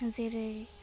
जेरै